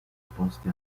posti